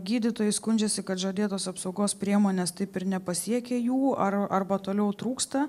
gydytojai skundžiasi kad žadėtos apsaugos priemonės taip ir nepasiekė jų ar arba toliau trūksta